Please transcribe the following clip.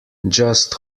just